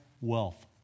wealth